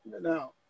Now